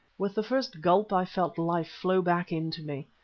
with the first gulp i felt life flow back into me.